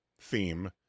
theme